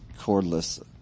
cordless